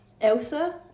Elsa